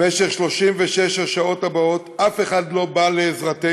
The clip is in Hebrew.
במשך 36 השעות הבאות אף אחד לא בא לעזרתנו.